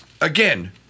again